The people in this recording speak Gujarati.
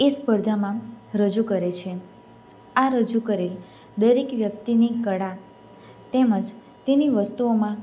એ સ્પર્ધામાં રજૂ કરે છે આ રજૂ કરેલ દરેક વ્યક્તિની કળા તેમજ તેની વસ્તુઓમાં